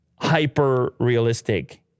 hyper-realistic